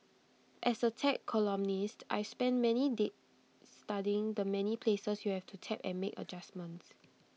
as A tech columnist I've spent many days studying the many places you have to tap and make adjustments